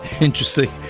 Interesting